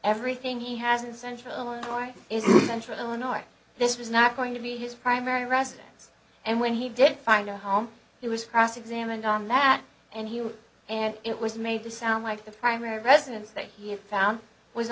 everything he has in central illinois central illinois this was not going to be his primary residence and when he did find a home he was cross examined on that and here and it was made to sound like the primary residence that he had found was